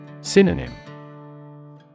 Synonym